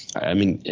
i mean,